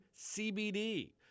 CBD